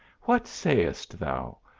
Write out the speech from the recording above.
what sayest thou?